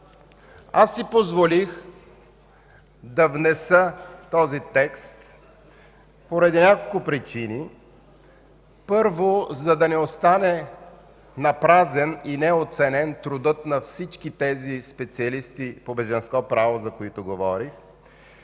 Аз си позволих да внеса този текст поради няколко причини. Първо, за да не остане напразен и неоценен трудът на всички специалисти по бежанско право, за които говорех,